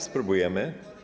Spróbujemy.